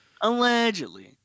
Allegedly